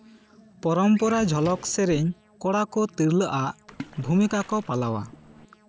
ᱯᱚᱨᱚᱢᱯᱚᱨᱟ ᱡᱷᱚᱞᱚᱠ ᱥᱮᱹᱨᱮᱹᱧ ᱠᱚᱲᱟ ᱠᱚ ᱛᱤᱨᱞᱟᱹ ᱟᱜ ᱵᱷᱩᱢᱤᱠᱟ ᱠᱚ ᱯᱟᱞᱟᱣᱟ